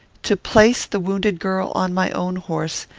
to place the wounded girl on my own horse,